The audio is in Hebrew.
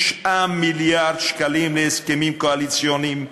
9 מיליארד שקלים להסכמים קואליציוניים,